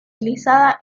utilizada